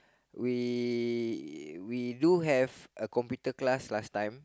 we we do have a computer class last time